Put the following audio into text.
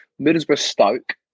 Middlesbrough-Stoke